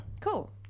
Cool